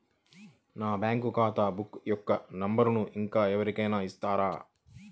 నా బ్యాంక్ ఖాతా బుక్ యొక్క నంబరును ఇంకా ఎవరి కైనా ఇస్తారా?